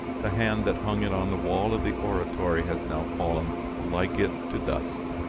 the hand that hung it on the wall of the oratory has now fallen, like it, to dust!